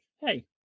hey